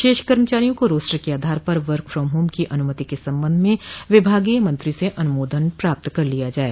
शेष कर्मचारियों को रोस्टर के आधार पर वर्क फ्राम होम की अनुमति के संबंध में विभागीय मंत्री से अनुमोदन प्राप्त कर लिया जाये